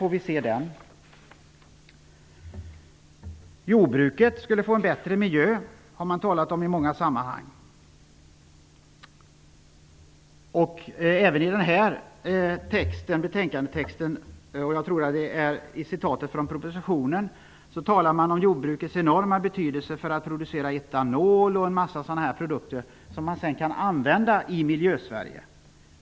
När kommer den redovisningen? I många sammanhang har man talat om att miljön i jordbruket skall bli bättre. I detta betänkande citeras propositionen där man talar om jordbrukets enorma betydelse för t.ex. produktion av etanol och andra produkter som sedan kan användas i Miljösverige.